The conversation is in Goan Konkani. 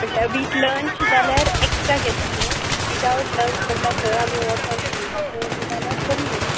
म्हटल्यार वीत लंच जाल्यार एकस्ट्रा घेता ते वितआव्ट लंच म्हटल्यार थंय आमी वचून रांदपाचें बी जाल्यार कमीं आसता